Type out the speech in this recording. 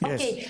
כן.